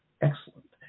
excellent